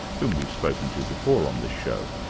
whom we've spoken to before on this show,